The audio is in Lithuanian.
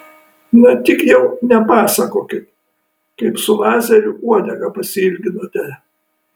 na tik jau nepasakokit kaip su lazeriu uodegą pasiilginote